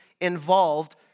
involved